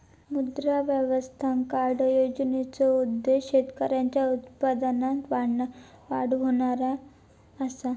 मुद्रा स्वास्थ्य कार्ड योजनेचो उद्देश्य शेतकऱ्यांचा उत्पन्न वाढवणा ह्यो असा